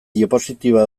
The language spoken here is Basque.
diapositiba